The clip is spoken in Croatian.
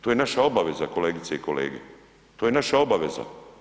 To je naša obaveza kolegice i kolege, to je naša obaveza.